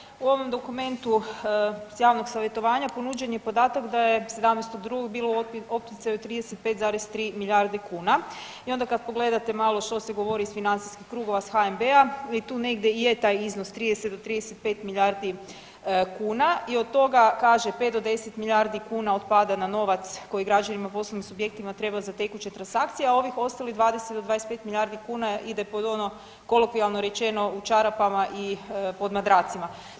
Poštovani kolega, u ovom dokumentu s javnog savjetovanja ponuđen je podatak da je 17.2. bilo u opticaju 35,3 milijarde kuna i onda kad pogledate malo što se govori iz financijskih krugova s HNB-a i tu negdje i je taj iznos 30 do 35 milijardi kuna i od toga kaže 5 do 10 milijardi kuna otpada na novac koji građanima i poslovnim subjektima treba za tekuće transakcije, a ovih ostalih 20 do 25 milijardi kuna ide pod ono kolokvijalno rečeno u čarapama i pod madracima.